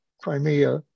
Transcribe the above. Crimea